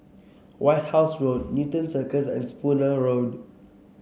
White House Road Newton Circus and Spooner Road